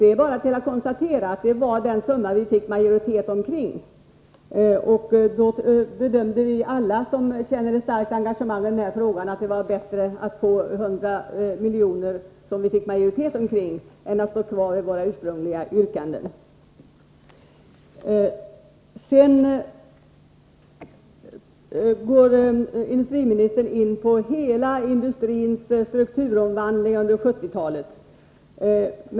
Det är bara att konstatera att 100 miljoner var den summa vi fick majoritet för. Alla vi som känner ett starkt engagemang i denna fråga bedömde att det var bättre att få majoritet för 100 milj.kr. än att stå kvar vid vårt ursprungliga yrkande. Industriministern gick in på hela industrins strukturomvandling under 1970-talet.